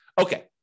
Okay